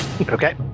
Okay